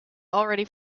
already